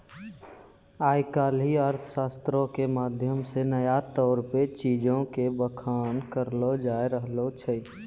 आइ काल्हि अर्थशास्त्रो के माध्यम से नया तौर पे चीजो के बखान करलो जाय रहलो छै